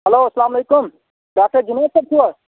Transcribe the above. hello اَسَلامُ علیکُم doctor Junaid صٲب چھُوا